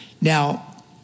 Now